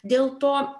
dėl to